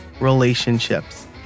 relationships